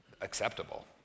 acceptable